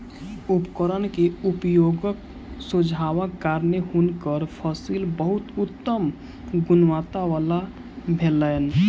उपकरण के उपयोगक सुझावक कारणेँ हुनकर फसिल बहुत उत्तम गुणवत्ता वला भेलैन